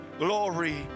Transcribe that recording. Glory